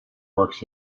works